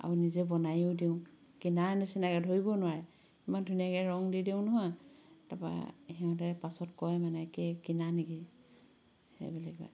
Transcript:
আৰু নিজে বনায়ো দিওঁ কিনাৰ নিচিনাকে ধৰিব নোৱাৰে ইমান ধুনীয়াকে ৰং দি দিওঁ নহয় তাৰপৰা সিহঁতে পাছত কয় মানে কি কিনা নেকি সেইবুলি কয়